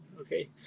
okay